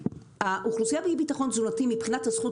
האוכלוסייה באי-ביטחון תזונתי מבחינת הזכות